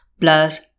plus